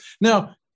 Now